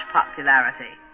popularity